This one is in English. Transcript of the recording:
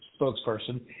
spokesperson